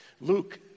Luke